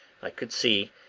i could see,